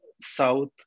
south